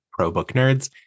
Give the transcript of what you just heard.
ProBookNerds